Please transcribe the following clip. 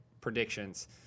predictions